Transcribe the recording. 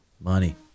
money